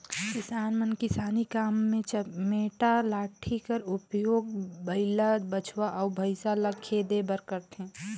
किसान मन किसानी काम मे चमेटा लाठी कर उपियोग बइला, बछवा अउ भइसा ल खेदे बर करथे